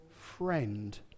friend